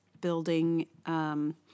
building –